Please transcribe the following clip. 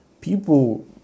people